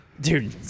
dude